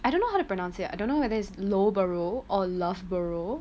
I don't know how to pronounce it I don't know whether it's low borough or love borough